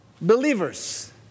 believers